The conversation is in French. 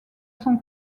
son